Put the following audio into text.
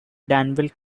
danville